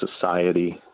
society